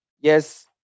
Yes